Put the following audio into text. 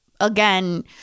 again